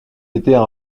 étaient